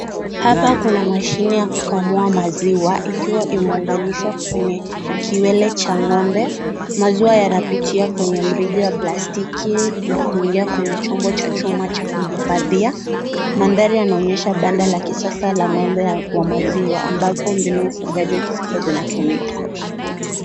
Hapa kuna mashine ya kukamua maziwa ikiwa imeunganishwa kwenye kiwele cha ng'ombe. Maziwa yanapitia kwenye mrija wa plastiki, na kuingia kwenye chombo cha chuma cha kuhifadhia. Mandhari yanaonyesha banda la kisasa la ng'ombe wa maziwa, ambapo mbinu ufugaji wa kisasa vinatumika.